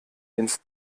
ins